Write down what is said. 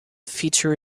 feature